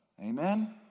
Amen